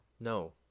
No